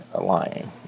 lying